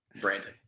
Brandon